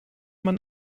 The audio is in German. man